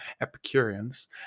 Epicureans